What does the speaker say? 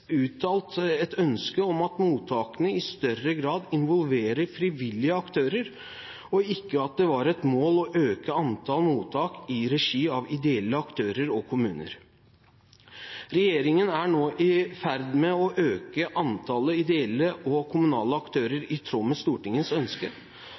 uttalt et ønske om at «mottakene i større grad involverer frivillige aktører», og ikke at det var et mål å øke antall mottak i regi av ideelle aktører og kommuner. Regjeringen er nå i ferd med å øke antallet ideelle og kommunale